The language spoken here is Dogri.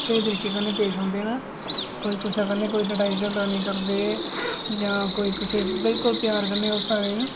स्हेई तरीकै कन्नै पेश आई सकदे न कोई कुसै कन्नै कोई लड़ाई झगड़ा निं करी सकदे जां कोई कुसै गी बिल्कुल प्यार कन्नै ओह् साढ़ी